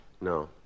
No